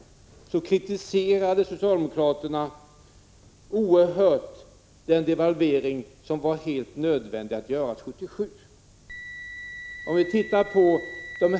Ändå kritiserade socialdemokraterna oerhört den devalvering som var helt nödvändig att göra 1977.